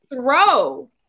throw